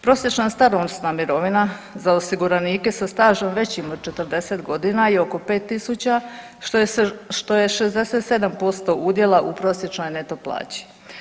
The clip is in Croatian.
Prosječna starosna mirovina za osiguranike sa stažom većim od 40.g. je oko 5.000 kuna, što je 67% udjela u prosječnoj neto plaći.